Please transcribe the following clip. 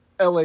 LA